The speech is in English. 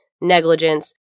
negligence